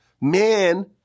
man